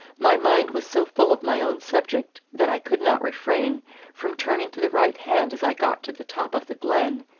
my mind was so full of my own subject that i could not refrain from turning to the right hand as i got to the top of the glen,